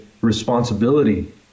responsibility